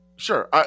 Sure